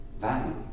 value